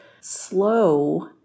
slow